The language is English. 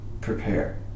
prepare